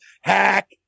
hack